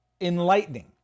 enlightening